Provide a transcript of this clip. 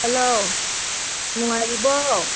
hello ꯅꯨꯡꯉꯥꯏꯔꯤꯕꯣ